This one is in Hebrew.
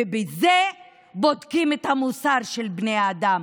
ובזה בודקים את המוסר של בני אדם,